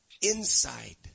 inside